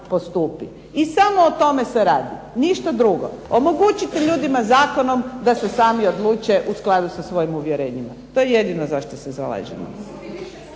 I samo o tome se radi, ništa drugo. Omogućite ljudima zakonom da se sami odluče u skladu sa svojim uvjerenjima. To je jedino zašto se zalažemo.